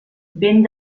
vent